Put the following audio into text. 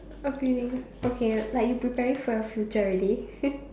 appealing okay like you preparing for your future already